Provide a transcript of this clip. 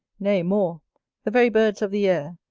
nay more the very birds of the air,